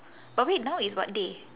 but wait now is what day